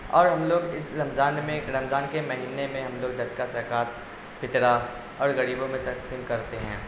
اور ہم لوگ اس رمضان میں رمضان کے مہینے میں ہم لوگ صدقہ زکوٰۃ فطرہ اور غریبوں میں تقسیم کرتے ہیں